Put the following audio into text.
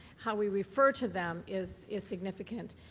how we refer to them, is is significant.